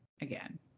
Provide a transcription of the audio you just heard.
again